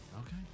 Okay